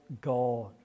God